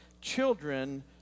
children